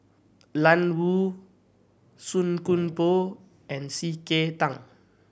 Lan Woo Song Koon Poh and C K Tang